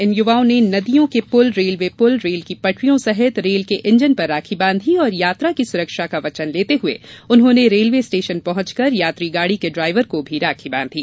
इन युवाओं ने नदियों के पुल रेलवे पुल रेल की पटरियां सहित रेल के इंजन पर राखी बांधी और यात्री की सुरक्षा का वचन लेते हुए उन्होंने रेलवे स्टेशन पहुंचकर यात्री गाड़ी के ड्रायवर को भी राखी बांधी